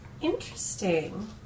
Interesting